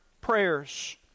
prayers